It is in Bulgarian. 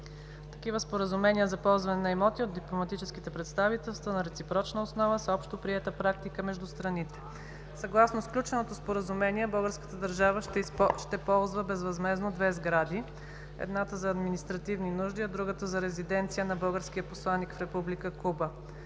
Такива споразумения за ползване на имоти от дипломатическите представителства на реципрочна основа са общоприета практика между страните. Съгласно сключеното Споразумение, българската държава ще ползва безвъзмездно две сгради – едната за административни нужди, а другата за резиденция на българския посланик в Република